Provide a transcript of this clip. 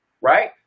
Right